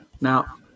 Now